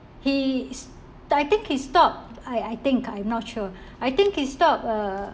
he's I think he stopped I I think I not sure I think he stopped uh